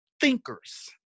thinkers